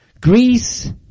Greece